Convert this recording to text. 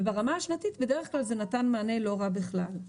וברמה השנתית זה בדרך כלל נתן מענה לא רע בכלל.